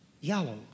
yellow